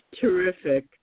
Terrific